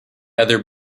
other